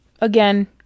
Again